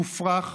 מופרך,